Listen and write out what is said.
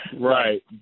right